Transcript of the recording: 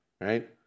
Right